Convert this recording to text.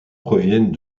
proviennent